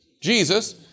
Jesus